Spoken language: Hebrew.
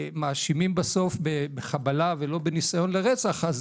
מאשימים בסוף בחבלה ולא בניסיון לרצח, אז